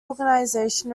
organization